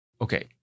Okay